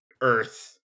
earth